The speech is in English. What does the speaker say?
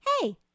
hey